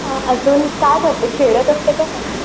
अजून काय करते खेळत असते का काही